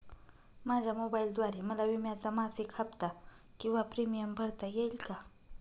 माझ्या मोबाईलद्वारे मला विम्याचा मासिक हफ्ता किंवा प्रीमियम भरता येईल का?